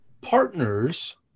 partners